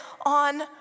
on